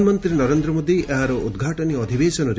ପ୍ରଧାନମନ୍ତ୍ରୀ ନରେନ୍ଦ ମୋଦୀ ଏହାର ଉଦ୍ଘାଟନୀ ଅଧିବେଶନରେ